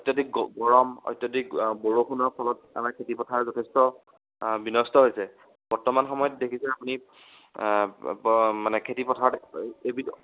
অত্যধিক গৰম অত্যধিক বৰষুণৰ ফলত আমাৰ খেতিপথাৰ যথেষ্ট বিনষ্ট হৈছে বৰ্তমান সময়ত দেখিছে আপুনি ব মানে খেতিপথাৰত এইবিধ